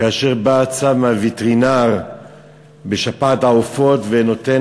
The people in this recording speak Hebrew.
כאשר בא הווטרינר בגלל שפעת העופות ונותן